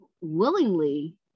willingly